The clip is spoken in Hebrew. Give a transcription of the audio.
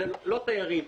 לא תיירים,